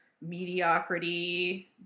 mediocrity